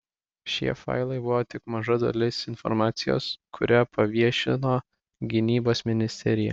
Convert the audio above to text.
šie failai buvo tik maža dalis informacijos kurią paviešino gynybos ministerija